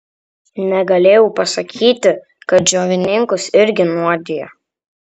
negalėjau pasakyti kad džiovininkus irgi nuodija